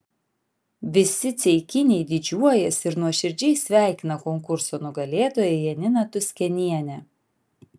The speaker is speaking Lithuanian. visi ceikiniai didžiuojasi ir nuoširdžiai sveikina konkurso nugalėtoją janiną tuskenienę